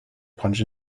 punch